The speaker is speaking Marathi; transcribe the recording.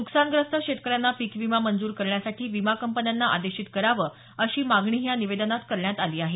नुकसानग्रस्त शेतकऱ्यांना पिक विमा मंजूर करण्यासाठी विमा कंपन्याना आदेशित करावं अशी मागणीही या निवेदनात करण्यात आली आहे